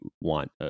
want